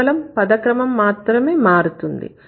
కేవలం పదక్రమం మాత్రమే మారుతుంది